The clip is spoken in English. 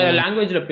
language